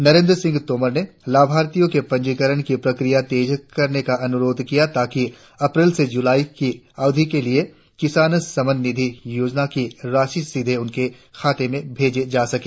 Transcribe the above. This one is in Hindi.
नरेंद्र सिंह तोमर ने लाभार्थियों के पंजीकरण की प्रक्रिया तेज करने का अनुरोध किया ताकि अप्रैल से जुलाई की अवधि के लिए किसान सम्मान निधि योजना की राशि सीधे उनके खाते में भेजी जा सके